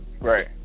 Right